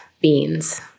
beans